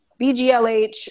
bglh